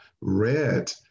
red